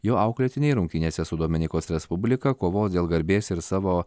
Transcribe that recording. jo auklėtiniai rungtynėse su dominikos respublika kovos dėl garbės ir savo